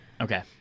Okay